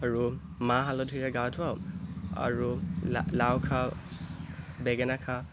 আৰু মাহ হালধিৰে গা ধোঁৱাও আৰু লা লাও খা বেঙেনা খা